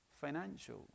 financial